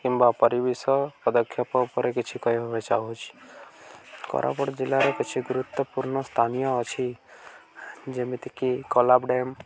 କିମ୍ବା ପରିବେଶ ପଦକ୍ଷେପ ଉପରେ କିଛି କହିବାକୁ ଚାହୁଁଛି କୋରାପୁଟ ଜିଲ୍ଲାରେ କିଛି ଗୁରୁତ୍ୱପୂର୍ଣ୍ଣ ସ୍ଥାନୀୟ ଅଛି ଯେମିତିକି କୋଲାବ ଡ୍ୟାମ୍